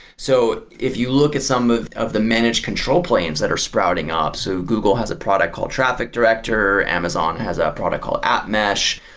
so, if you look at some of of the manage control planes that are sprouting up. so google has a product called traffic director. amazon has a product called appmesh.